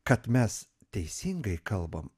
kad mes teisingai kalbam